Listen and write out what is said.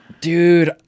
Dude